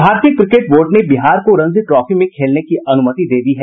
भारतीय cricket board ने बिहार को रणजी ट्रॉफी में खेलने की अनुमति दे दी है